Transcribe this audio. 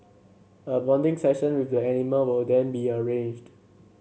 a bonding session with the animal will then be arranged